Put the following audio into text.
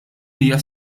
hija